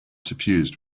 suffused